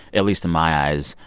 at least in my eyes,